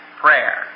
prayer